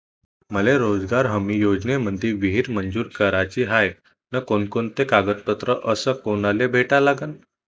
मले रोजगार हमी योजनेमंदी विहीर मंजूर कराची हाये त कोनकोनते कागदपत्र अस कोनाले भेटा लागन?